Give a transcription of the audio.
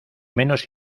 menos